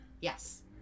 Yes